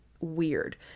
weird